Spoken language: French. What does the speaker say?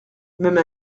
même